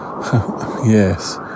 Yes